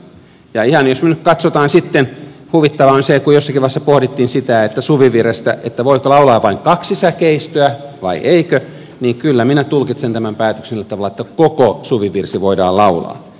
ja ihan jos me nyt katsomme sitten huvittavaa on se että kun jossakin vaiheessa pohdittiin sitä voiko suvivirrestä laulaa vain kaksi säkeistöä vai eikö niin kyllä minä tulkitsen tämän päätöksen sillä tavalla että koko suvivirsi voidaan laulaa